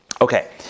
Okay